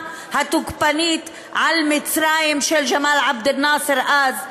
התוקפנית על מצרים של גמאל עבד אל-נאצר אז,